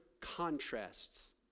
contrasts